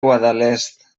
guadalest